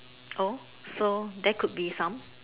oh so that could be some